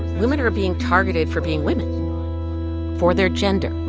women are being targeted for being women for their gender